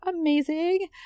amazing